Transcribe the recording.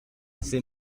c’est